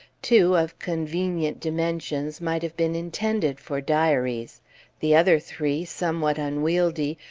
two, of convenient dimensions, might have been intended for diaries the other three, somewhat unwieldy,